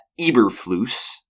Eberflus